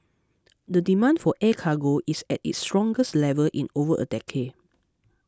the demand for air cargo is at its strongest level in over a decade